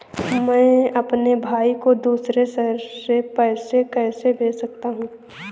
मैं अपने भाई को दूसरे शहर से पैसे कैसे भेज सकता हूँ?